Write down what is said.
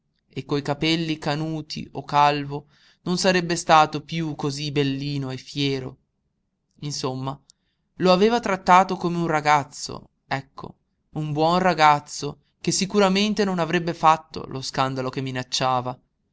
e coi capelli canuti o calvo non sarebbe stato piú cosí bellino e fiero insomma lo aveva trattato come un ragazzo ecco un buon ragazzo che sicuramente non avrebbe fatto lo scandalo che minacciava